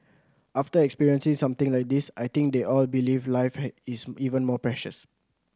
after experiencing something like this I think they all believe life is even more precious